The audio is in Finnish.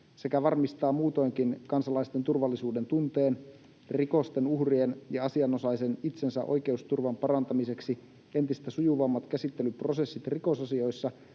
sekä varmistaa muutoinkin kansalaisten turvallisuudentunteen rikosten uhrien ja asianosaisen itsensä oikeusturvan parantamiseksi entistä sujuvammat käsittelyprosessit rikosasioissa